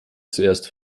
zuerst